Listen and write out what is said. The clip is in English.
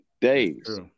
days